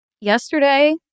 yesterday